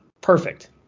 Perfect